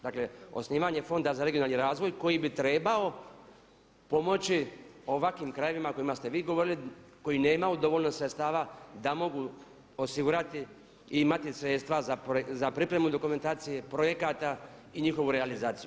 Dakle, osnivanje Fonda za regionalni razvoj koji bi trebao pomoći ovakvim krajevima o kojima ste vi govorili koji nemaju dovoljno sredstava da mogu osigurati i imati sredstva za pripremu dokumentacije, projekata i njihovu realizaciju.